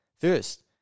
First